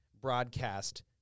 broadcast